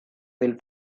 will